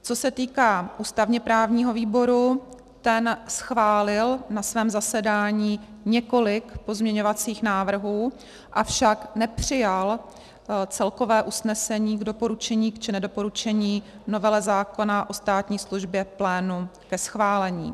Co se týká ústavněprávního výboru, ten schválil na svém zasedání několik pozměňovacích návrhů, avšak nepřijal celkové usnesení k doporučení či nedoporučení novely zákona o státní službě plénu ke schválení.